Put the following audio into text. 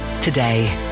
today